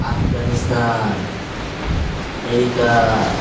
Afghanistan America